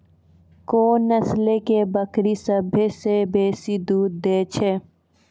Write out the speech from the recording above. कोन नस्लो के बकरी सभ्भे से बेसी दूध दै छै?